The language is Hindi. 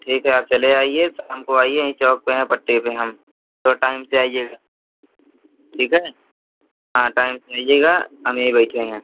ठीक है आप चले आइए शाम को आइए यहीं चौक पर हैं पट्टी पर हम थोड़ा टाइम से आइएगा ठीक है हाँ टाइम से आइएगा हम यहीं बैठे हैं